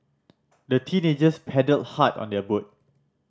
the teenagers paddled hard on their boat